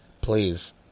please